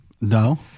No